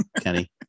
Kenny